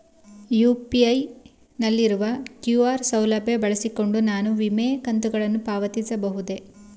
UPI ನಲ್ಲಿರುವ QR ಸೌಲಭ್ಯ ಬಳಸಿಕೊಂಡು ನಾನು ವಿಮೆ ಕಂತನ್ನು ಪಾವತಿಸಬಹುದೇ?